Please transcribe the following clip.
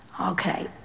okay